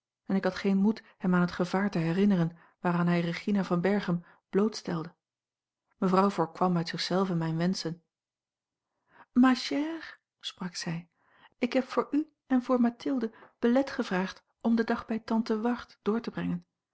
en ik had geen moed hem aan het gevaar te herinneren waaraan hij regina van berchem blootstelde mevrouw voorkwam uit zich zelve mijne wenschen ma chère sprak zij ik heb voor u en voor mathilde belet gevraagd om den dag bij tante ward door te brengen